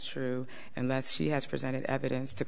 true and that she has presented evidence to